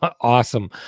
Awesome